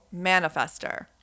manifester